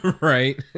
Right